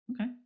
Okay